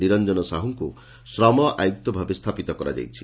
ନିରଞ୍ଞନ ସାହୁଙ୍କୁ ଶ୍ରମ ଆୟୁକ୍ତ ଭାବେ ସ୍ସାପିତ କରାଯାଇଛି